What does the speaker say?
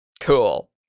Cool